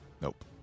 Nope